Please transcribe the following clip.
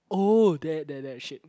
oh there that that shade